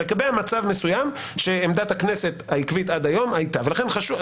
זה לקבע מצב מסוים שעמדת הכנסת הייתה עד היום עקבית.